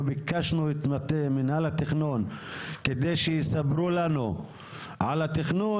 אנחנו ביקשנו את מטה מינהל התכנון כדי שיספרו לנו על התכנון,